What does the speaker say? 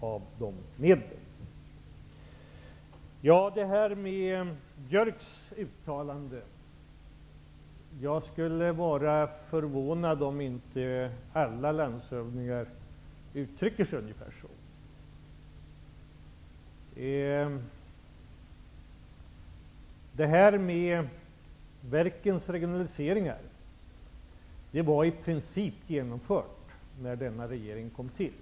När det gäller Björks uttalanden vill jag säga att jag skulle bli förvånad om inte alla landshövdingar uttryckte sig ungefär så. Verkens regionaliseringar var i princip genomförda när denna regering kom till.